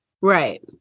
Right